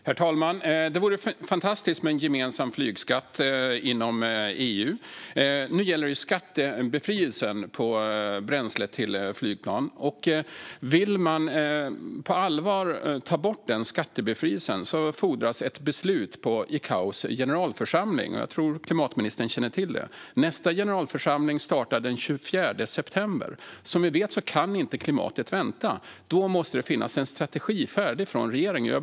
Herr talman! Det vore ju fantastiskt med en gemensam flygskatt inom EU, men nu gäller det skattebefrielsen för bränsle till flygplan. Vill man på allvar ta bort den skattebefrielsen fordras ett beslut vid ICAO:s generalförsamling. Jag tror att klimatministern känner till att nästa generalförsamling startar den 24 september. Som vi vet kan klimatet inte vänta, och därför måste det finns en strategi färdig från regeringens sida.